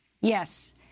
Yes